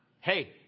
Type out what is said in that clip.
hey